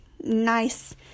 nice